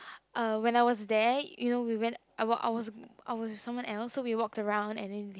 uh when I was there you know we went I was I was with someone else so we walk around and then we